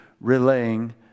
relaying